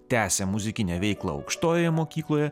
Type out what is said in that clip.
tęsia muzikinę veiklą aukštojoje mokykloje